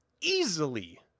easily